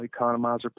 economizer